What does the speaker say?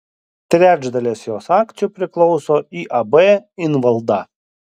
trečdalis jos akcijų priklauso iab invalda